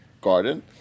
garden